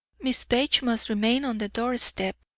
miss page must remain on the doorstep.